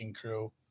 crew